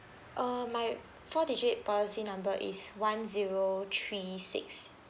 um my four digit policy number is one zero three six